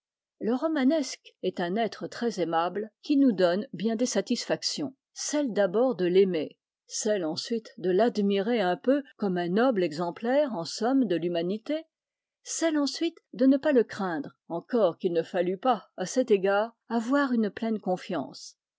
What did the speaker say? le romanesque est un être très aimable qui nous donne bien des satisfactions celle d'abord de l'aimer celle ensuite de l'admirer un peu comme un noble exemplaire en somme de l'humanité celle ensuite de ne pas le craindre encore qu'il ne fallût pas à cet égard avoir une pleine confiance